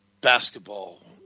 basketball